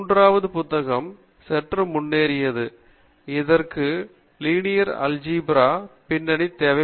மூன்றாவது புத்தகம் சற்று முன்னேறியது இதற்கு லீனியர் அல்ஜிகப்ரா பின்னணி தேவை